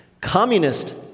Communist